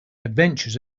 adventures